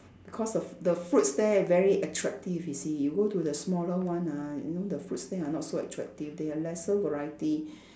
because the f~ the fruits there very attractive you see you go to the smaller one ah you know the fruits there are not so attractive there are lesser variety